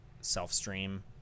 self-stream